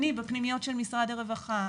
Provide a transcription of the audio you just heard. אני בפנימיות של משרד הרווחה,